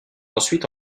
ensuite